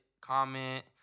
comment